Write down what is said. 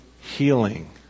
healing